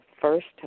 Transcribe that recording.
first